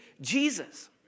Jesus